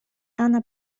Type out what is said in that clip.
анна